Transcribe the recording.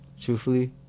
truthfully